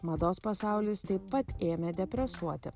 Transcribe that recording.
mados pasaulis taip pat ėmė depresuoti